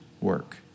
work